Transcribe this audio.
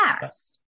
fast